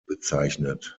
bezeichnet